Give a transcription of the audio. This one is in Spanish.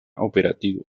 operativo